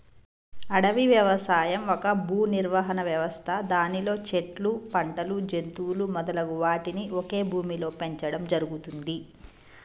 అడవి వ్యవసాయం ఒక భూనిర్వహణ వ్యవస్థ దానిలో చెట్లు, పంటలు, జంతువులు మొదలగు వాటిని ఒకే భూమిలో పెంచడం జరుగుతుంది